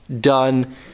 done